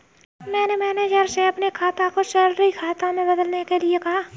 मैंने मैनेजर से अपने खाता को सैलरी खाता में बदलने के लिए कहा